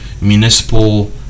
municipal